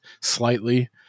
slightly